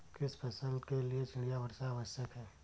किस फसल के लिए चिड़िया वर्षा आवश्यक है?